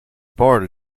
part